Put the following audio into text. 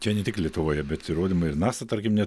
čia ne tik lietuvoje bet įrodymai ir nasa tarkim ne